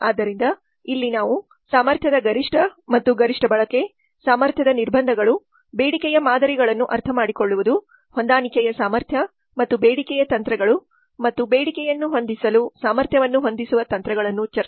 ಆದ್ದರಿಂದ ಇಲ್ಲಿ ನಾವು ಸಾಮರ್ಥ್ಯದ ಗರಿಷ್ಠ ಮತ್ತು ಗರಿಷ್ಠ ಬಳಕೆ ಸಾಮರ್ಥ್ಯದ ನಿರ್ಬಂಧಗಳು ಬೇಡಿಕೆಯ ಮಾದರಿಗಳನ್ನು ಅರ್ಥಮಾಡಿಕೊಳ್ಳುವುದು ಹೊಂದಾಣಿಕೆಯ ಸಾಮರ್ಥ್ಯ ಮತ್ತು ಬೇಡಿಕೆಯ ತಂತ್ರಗಳು ಮತ್ತು ಬೇಡಿಕೆಯನ್ನು ಹೊಂದಿಸಲು ಸಾಮರ್ಥ್ಯವನ್ನು ಹೊಂದಿಸುವ ತಂತ್ರಗಳನ್ನು ಚರ್ಚಿಸುತ್ತೇವೆ